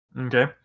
Okay